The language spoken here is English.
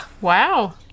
Wow